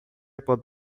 pode